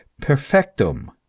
perfectum